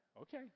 Okay